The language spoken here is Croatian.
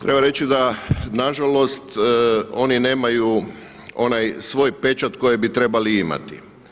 Treba reći da na žalost oni nemaju onaj svoj pečat koji bi trebali imati.